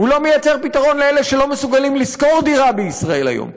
הוא לא מייצר פתרון לאלה שלא מסוגלים לשכור דירה בישראל היום.